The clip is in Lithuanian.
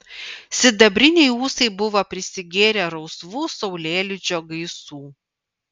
sidabriniai ūsai buvo prisigėrę rausvų saulėlydžio gaisų